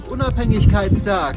Unabhängigkeitstag